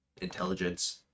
intelligence